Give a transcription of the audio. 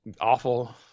Awful